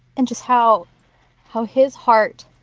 and just how how his heart,